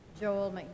Joel